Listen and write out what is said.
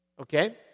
Okay